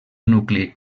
nucli